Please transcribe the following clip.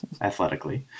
athletically